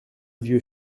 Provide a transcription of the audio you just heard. vieux